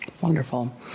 Wonderful